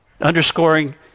Underscoring